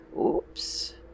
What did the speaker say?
Oops